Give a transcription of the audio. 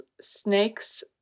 snakes